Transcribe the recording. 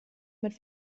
mit